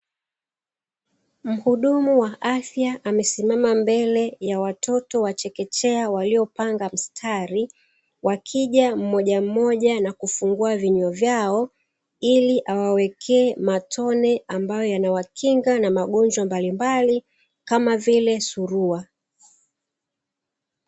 Mhudumu wa afya amesimama mbele ya watoto wa chekechea waliopanga mstari, wakija mmoja mmoja na kufungua vinywa vyao, ili awawekee matone ambayo yanawakinga na magonjwa mbalimbali, kama vile surua.